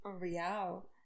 real